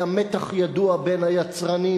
והיה מתח ידוע בין היצרנים,